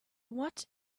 what